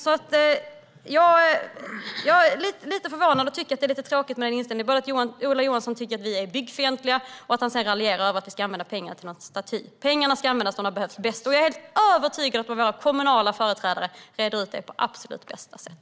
Jag är alltså lite förvånad och tycker att det är lite tråkigt med inställningen att vi är byggfientliga och att Ola Johansson sedan raljerar över att vi ska använda pengarna till en staty. Pengarna ska användas där de bäst behövs, och jag är helt övertygad om att våra kommunala företrädare reder ut det på absolut bästa sätt.